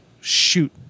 shoot